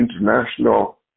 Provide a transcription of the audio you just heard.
international